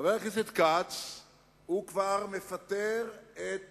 חבר הכנסת כץ כבר מפטר את